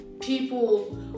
people